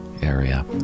area